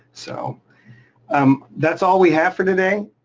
so um that's all we have for today.